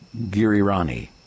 Girirani